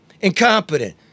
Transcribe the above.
incompetent